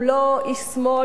הוא לא איש שמאל,